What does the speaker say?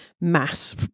mass